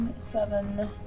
seven